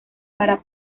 para